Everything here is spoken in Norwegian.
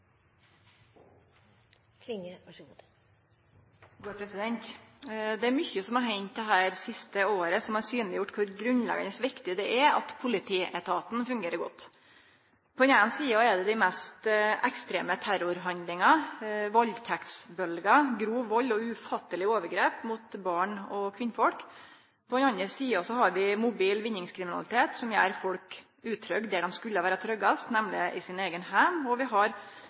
mykje som har hendt dette siste året, som har synleggjort kor grunnleggjande viktig det er at politietaten fungerer godt. Det er på den eine sida alt frå dei mest ekstreme terrorhandlingane, valdtektsbølgjer, grov vald og ufattelege overgrep mot barn og kvinnfolk til på den andre sida mobil vinningskriminalitet som gjer folk utrygge der dei skulle vere tryggast, nemleg i sin eigen heim. Og vi har